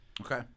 Okay